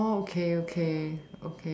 oh okay okay